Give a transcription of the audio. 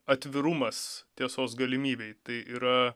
atvirumas tiesos galimybei tai yra